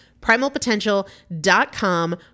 Primalpotential.com